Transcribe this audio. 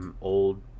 old